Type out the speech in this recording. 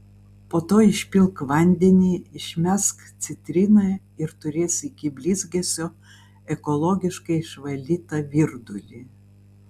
po to išpilk vandenį išmesk citriną ir turėsi iki blizgesio ekologiškai išvalytą virdulį